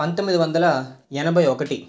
పంతొమ్మిది వందల ఎనభై ఒకటి